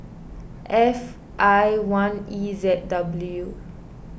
F I one E Z W